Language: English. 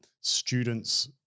students